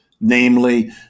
namely